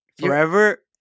Forever